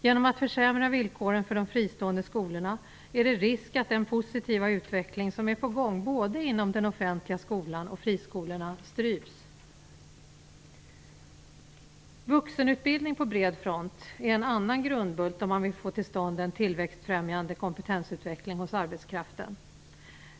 Genom att man försämrar villkoren för de fristående skolorna finns det risk för att den positiva utveckling som är på gång, både inom den offentliga skolan och friskolorna, stryps. Vuxenutbildning på bred front är en annan grundbult om man vill få till stånd en tillväxtfrämjande kompetensutveckling hos arbetskraften.